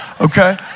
okay